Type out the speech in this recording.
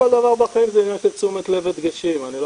אני חושב שכמו כל דבר בחיים זה עניין של תשומת לב ודגשים,